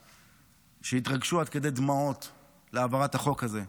בוועדה שהתרגשו עד כדי דמעות מהעברת החוק הזה.